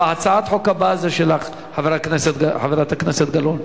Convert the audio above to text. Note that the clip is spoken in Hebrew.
הצעת החוק הבאה היא שלך, חברת הכנסת גלאון.